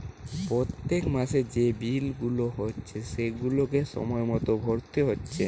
পোত্তেক মাসের যে বিল গুলা হচ্ছে সেগুলাকে সময় মতো ভোরতে হচ্ছে